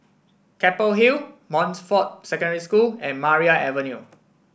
Keppel Hill Montfort Secondary School and Maria Avenue